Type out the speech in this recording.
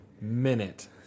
minute